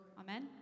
Amen